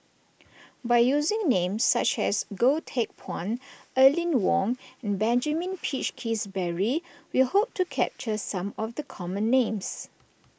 by using names such as Goh Teck Phuan Aline Wong and Benjamin Peach Keasberry we hope to capture some of the common names